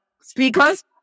speakers